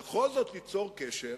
בכל זאת ליצור קשר